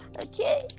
okay